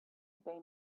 they